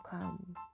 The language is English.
come